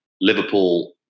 Liverpool